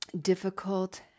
difficult